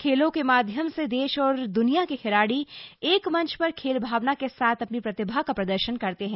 खेलों के माध्यम से देश और दुनिया के खिलाड़ी एक मंच पर खेल भावना के साथ अपनी प्रतिभा का प्रदर्शन करते हैं